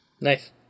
Nice